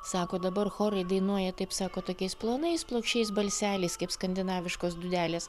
sako dabar chorai dainuoja taip sako tokiais plonais plokščiais balseliais kaip skandinaviškos dūdelės